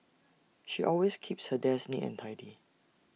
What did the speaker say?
she always keeps her desk neat and tidy